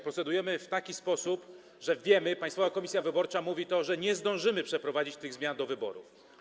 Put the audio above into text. Procedujemy w taki sposób, że wiemy - Państwowa Komisja Wyborcza to mówi - że nie zdążymy przeprowadzić tych zmian do wyborów.